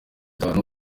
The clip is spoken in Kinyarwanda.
itanu